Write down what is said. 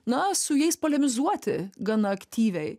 na su jais polemizuoti gana aktyviai